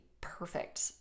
perfect